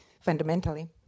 fundamentally